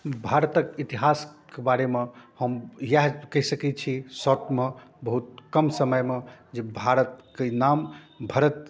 भारतके इतिहासके बारेमे हम इएह कहि सकै छी शॉर्टमे बहुत कम समयमे जे भारतके नाम भरत